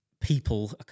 people